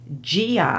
GI